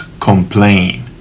complain